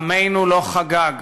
עמנו לא חגג,